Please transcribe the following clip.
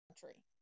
country